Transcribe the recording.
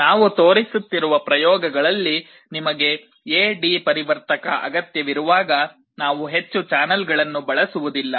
ನಾವು ತೋರಿಸುತ್ತಿರುವ ಪ್ರಯೋಗಗಳಲ್ಲಿ ನಿಮಗೆ ಎ ಡಿ ಪರಿವರ್ತಕ ಅಗತ್ಯವಿರುವಾಗ ನಾವು ಹೆಚ್ಚು ಚಾನಲ್ಗಳನ್ನು ಬಳಸುವುದಿಲ್ಲ